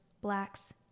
blacks